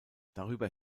darüber